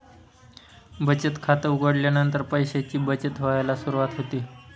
बचत खात उघडल्यानंतर पैशांची बचत व्हायला सुरवात होते